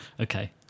Okay